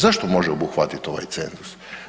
Zašto može obuhvatiti ovaj cenzus?